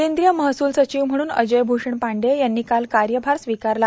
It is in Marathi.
केंद्रीय महसूल सचिव म्हणून अजय भ्षण पांडेय यांनी काल कार्यभार स्वीकारला